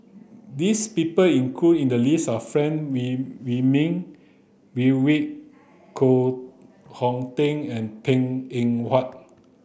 this people included in the list are Frank Wilmin Brewer Koh Hong Teng and Png Eng Huat